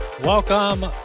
Welcome